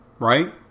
Right